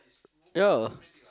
ya